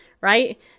Right